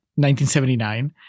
1979